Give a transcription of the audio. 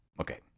Okay